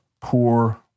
poor